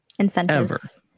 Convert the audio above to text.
Incentives